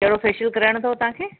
कहिड़ो फ़ेशियल कराइणो अथव तव्हांखे